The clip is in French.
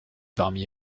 parmi